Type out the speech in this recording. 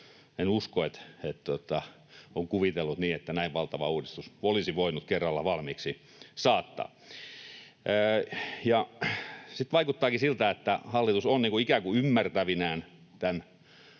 salissa on kuvitellut, että näin valtava uudistus olisi voitu kerralla valmiiksi saattaa. Vaikuttaakin siltä, että hallitus on ikään kuin ymmärtävinään tämän asian